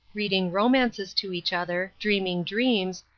reading romances to each other, dreaming dreams,